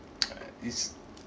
uh is